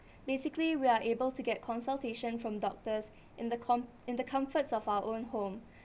basically we are able to get consultation from doctors in the in the comforts of our own home